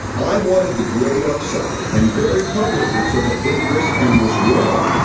i wanted the great upside, and very publicly took a big risk and was wrong,